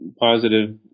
positive